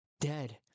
dead